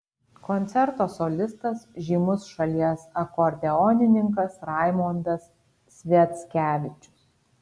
koncerto solistas žymus šalies akordeonininkas raimondas sviackevičius